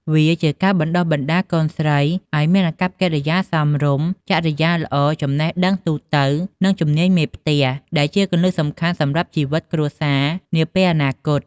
វាជាការបណ្តុះបណ្តាលកូនស្រីឱ្យមាន អាកប្បកិរិយាសមរម្យ ចរិយាល្អ ចំណេះដឹងទូទៅ និង ជំនាញមេផ្ទះ ដែលជាគន្លឹះសំខាន់សម្រាប់ជីវិតគ្រួសារនាពេលអនាគត។